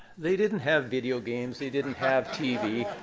they didn't have video games. they didn't have tv.